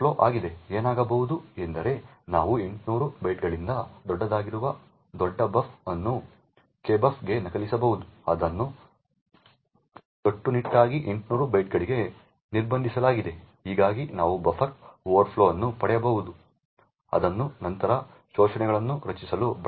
ಏನಾಗಬಹುದು ಎಂದರೆ ನಾವು 800 ಬೈಟ್ಗಳಿಗಿಂತ ದೊಡ್ಡದಾಗಿರುವ ದೊಡ್ಡ ಬಫ್ ಅನ್ನು kbuf ಗೆ ನಕಲಿಸಬಹುದು ಅದನ್ನು ಕಟ್ಟುನಿಟ್ಟಾಗಿ 800 ಬೈಟ್ಗಳಿಗೆ ನಿರ್ಬಂಧಿಸಲಾಗಿದೆ ಹೀಗಾಗಿ ನಾವು ಬಫರ್ ಓವರ್ಫ್ಲೋ ಅನ್ನು ಪಡೆಯಬಹುದು ಅದನ್ನು ನಂತರ ಶೋಷಣೆಗಳನ್ನು ರಚಿಸಲು ಬಳಸಬಹುದು